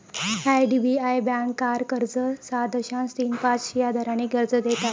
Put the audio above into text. IDBI bank car कर्ज सात दशांश तीन पाच या दराने कर्ज देत आहे